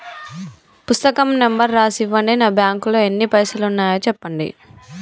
పుస్తకం నెంబరు రాసి ఇవ్వండి? నా బ్యాంకు లో ఎన్ని పైసలు ఉన్నాయో చెప్పండి?